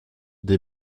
des